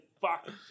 fuck